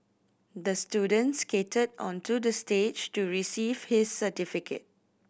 the student skated onto the stage to receive his certificate